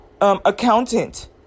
accountant